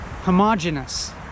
homogeneous